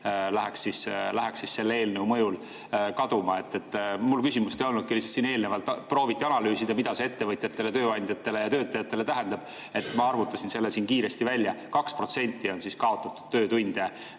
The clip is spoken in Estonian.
läheks selle eelnõu mõjul kaduma. Mul küsimust ei olnudki. Lihtsalt siin eelnevalt prooviti analüüsida, mida see ettevõtjatele, tööandjatele ja töötajatele tähendab, ja ma arvutasin selle siin kiiresti välja. 2% kaotatud töötunde